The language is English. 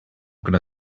gonna